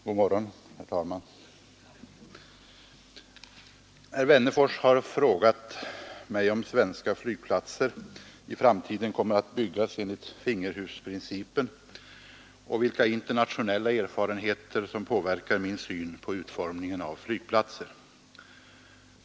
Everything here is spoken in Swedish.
Herr talman! Herr Wennerfors har frågat mig om svenska flygplatser i framtiden kommer att byggas enligt finger-hus-principen och vilka internationella erfarenheter som påverkar min syn på utformningen av flygplatser.